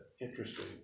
interesting